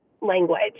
language